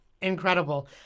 Incredible